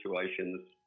situations